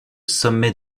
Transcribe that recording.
sommet